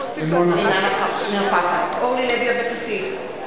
אינה נוכחת אורלי לוי אבקסיס,